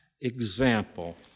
example